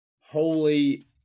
Holy